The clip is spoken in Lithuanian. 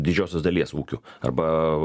didžiosios dalies ūkių arba